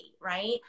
right